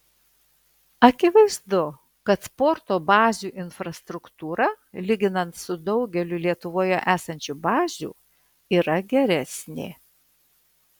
akivaizdu kad sporto bazių infrastruktūra lyginant su daugeliu lietuvoje esančių bazių yra geresnė